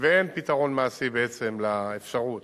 שאין פתרון מעשי בעצם לאפשרות